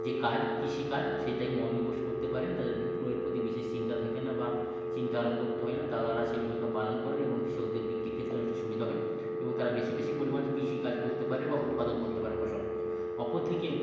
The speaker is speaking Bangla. যে কাজ কৃষিকাজ সেটায় মনোনিবেশ করতে পারেন তাদের বিক্রয়ের প্রতি বিশেষ চিন্তা থাকে না বা চিন্তা আরোপ করতে হয় না দালালরা সেই ভূমিকা পালন করেন এবং কৃষকদের বিক্রির ক্ষেত্রে অনেকটা সুবিধা হয় এবং তারা বেশি বেশি পরিমাণ কৃষিকাজ করতে পারে বা উৎপাদন করতে পারে ফসল অপরদিকে